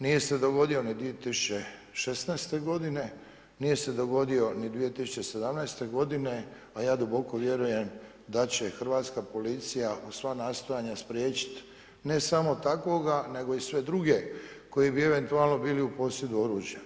Nije se dogodio ni 2016. godine, nije se dogodio ni 2017. godine, a ja duboko vjerujem da će hrvatska policija uz sva nastojanja spriječiti ne samo takvoga nego i sve druge koji bi eventualno bili u posjedu oružja.